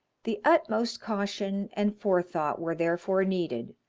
the utmost caution and forethought were therefore needed,